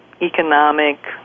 economic